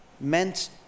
meant